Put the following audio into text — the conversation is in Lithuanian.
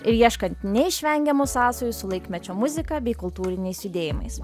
ir ieškant neišvengiamų sąsajų su laikmečio muzika bei kultūriniais judėjimais